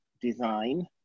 design